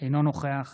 אינו נוכח